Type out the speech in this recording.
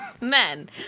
Men